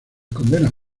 condenas